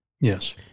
yes